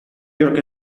york